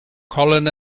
colin